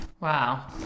Wow